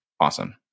Awesome